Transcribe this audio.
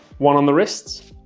one on the wrists,